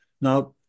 Now